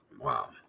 Wow